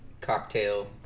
cocktail